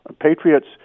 Patriots